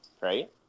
right